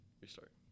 Restart